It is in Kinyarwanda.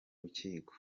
rukiko